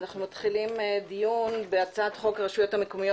אנחנו מתחילים דיון בהצעת חוק הרשויות המקומיות